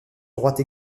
droite